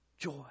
Joy